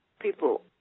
people